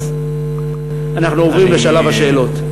אז אנחנו עוברים לשלב השאלות.